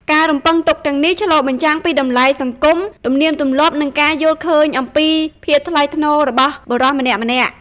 ការរំពឹងទុកទាំងនេះឆ្លុះបញ្ចាំងពីតម្លៃសង្គម ទំនៀមទម្លាប់ និងការយល់ឃើញអំពីភាពថ្លៃថ្នូររបស់បុរសម្នាក់ៗ។